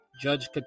Judge